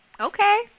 Okay